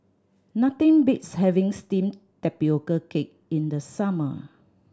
nothing beats having steamed tapioca cake in the summer